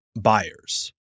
buyers